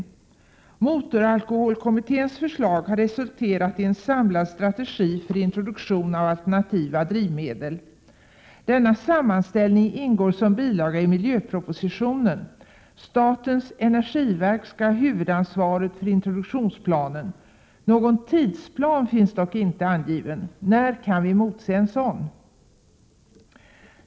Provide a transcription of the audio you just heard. Motoralkoholkommitténs förslag har resulterat i en samlad strategi för introduktionen av alternativa drivmedel. Denna sammanställning ingår som bilaga i miljöpropositionen. Statens energiverk skall ha huvudansvaret för introduktionsplanen. Någon tidsplan finns dock inte angiven. När kan vi emotse en sådan?